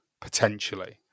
potentially